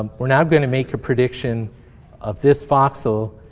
um we're now going to make a prediction of this voxel.